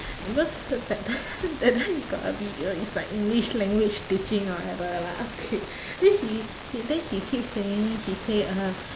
because th~ that time that time he got a video is like english language teaching whatever lah okay then he he then he keep saying he say uh